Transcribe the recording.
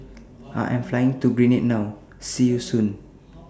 I Am Flying to Grenada now See YOU Soon